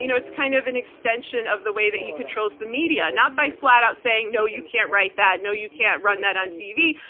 you know it's kind of an extension of the way that he controls the media, not by flat out saying, no, you can't write that. no, you can't run that on tv,